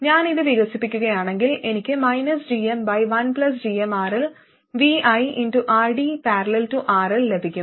ഞാൻ ഇത് വികസിപ്പിക്കുകയാണെങ്കിൽ എനിക്ക് -gm1gmRLviRD||RL ലഭിക്കും